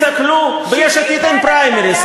תסתכלו, ביש עתיד אין פריימריז.